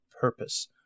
purpose